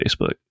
Facebook